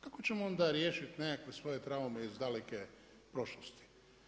Kako ćemo onda riješiti nekakve svoje traume iz daleke prošlosti?